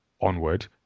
onward